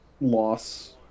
Loss